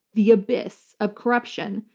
the abyss of corruption,